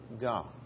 God